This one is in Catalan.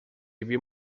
havia